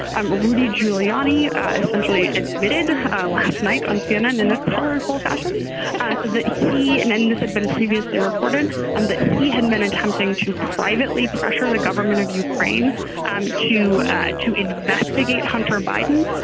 um rudy giuliani essentially admitted last night on cnn in a colorful fashion that he and and this had been previously reported and that he had been attempting to privately pressure the government of ukraine um to to to investigate hunter biden.